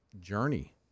journey